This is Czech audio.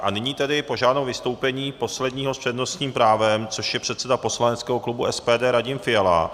A nyní tedy požádám o vystoupení posledního z přednostním právem, což je předseda poslaneckého klubu SPD Radim Fiala.